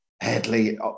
Headley